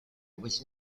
was